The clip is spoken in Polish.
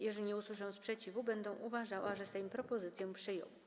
Jeżeli nie usłyszę sprzeciwu, będę uważała, że Sejm propozycję przyjął.